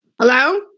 Hello